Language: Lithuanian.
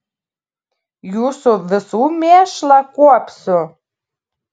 jūsų visų mėšlą kuopsiu